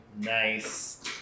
nice